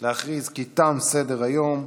אפשר להכריז כי תם סדר-היום.